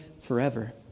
forever